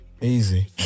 Easy